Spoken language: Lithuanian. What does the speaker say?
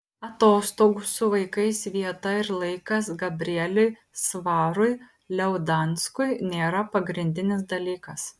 atostogų su vaikais vieta ir laikas gabrieliui svarui liaudanskui nėra pagrindinis dalykas